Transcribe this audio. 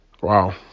wow